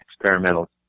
experimental